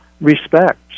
respect